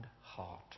heart